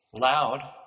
loud